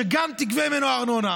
שגם תגבה ממנו ארנונה.